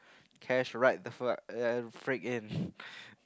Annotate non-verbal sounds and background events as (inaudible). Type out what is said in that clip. cash right the fuck (noise) freak in